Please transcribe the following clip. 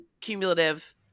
cumulative